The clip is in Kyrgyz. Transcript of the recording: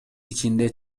ичинде